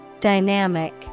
Dynamic